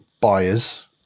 buyers